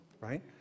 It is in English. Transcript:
right